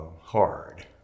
hard